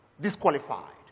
disqualified